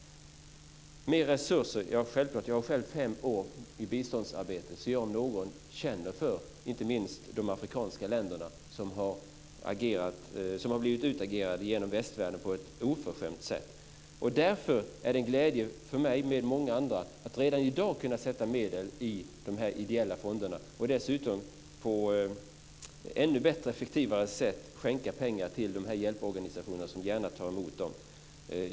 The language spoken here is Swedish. Mer resurser, säger Kent Härstedt. Ja, självklart. Jag har själv varit fem år i biståndsarbete. Jag om någon känner för inte minst de afrikanska länderna som har blivit utagerade av västvärlden på ett oförskämt sätt. Därför är det en glädje för mig med många andra att redan i dag kunna sätta medel i de ideella fonderna och dessutom på ett ännu bättre och effektivare sätt skänka pengar till de hjälporganisationer som gärna tar emot dem.